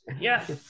yes